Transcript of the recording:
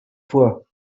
vor